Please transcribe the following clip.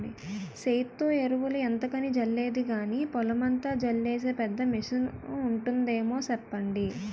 సేత్తో ఎరువులు ఎంతకని జల్లేది గానీ, పొలమంతా జల్లీసే పెద్ద మిసనుంటాదేమో సెప్పండి?